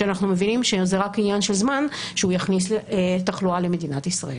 שאנחנו מבינים שזה רק עניין של זמן שהוא יכניס תחלואה למדינת ישראל.